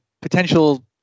potential